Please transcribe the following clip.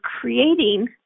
creating